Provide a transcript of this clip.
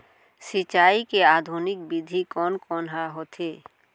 सिंचाई के आधुनिक विधि कोन कोन ह होथे?